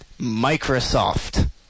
Microsoft